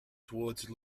towards